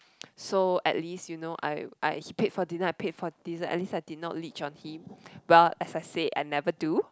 so at least you know I I he paid for dinner I paid for dessert at least I never leech on him well as I said I never do